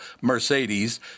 Mercedes